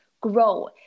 grow